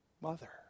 mother